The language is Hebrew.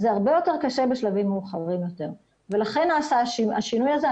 זה הרבה יותר קשה בשלבים מאוחרים יותר ולכן נעשה השינוי הזה.